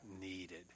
needed